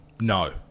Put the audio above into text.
No